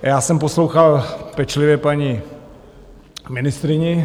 Já jsem poslouchal pečlivě paní ministryni.